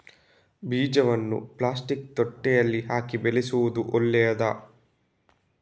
ಬೀಜವನ್ನು ಪ್ಲಾಸ್ಟಿಕ್ ತೊಟ್ಟೆಯಲ್ಲಿ ಹಾಕಿ ಬೆಳೆಸುವುದು ಒಳ್ಳೆಯದಾ?